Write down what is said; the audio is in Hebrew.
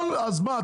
אז מה,